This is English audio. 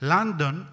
London